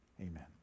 Amen